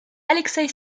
alexeï